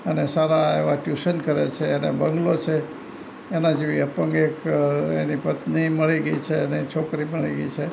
અને સારા એવા ટયૂશન કરે છે અને બંગલો છે એના જેવી અપંગ એક એની પત્ની મળી ગઈ છે એની છોકરી પણ એવી છે